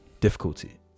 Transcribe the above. difficulty